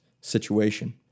situation